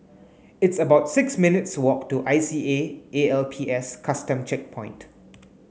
it's about six minutes walk to I C A A L P S Custom Checkpoint